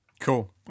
cool